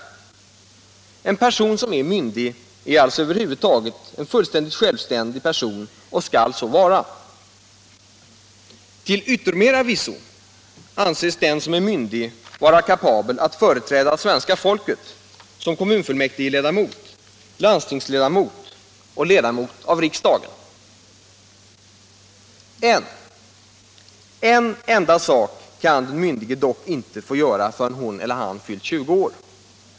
En person som är myndig är alltså över huvud taget en fullt självständig person och skall så vara. Till yttermera visso anses den som är myndig vara kapabel att företräda svenska folket som kommunfullmäktigeledamot, landstingsledamot och ledamot av riksdagen. En enda sak kan den myndige dock inte göra förrän hon eller han fyllt 20 år.